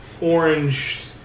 orange